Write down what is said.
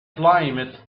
climate